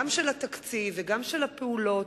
גם בתקציב וגם בפעולות,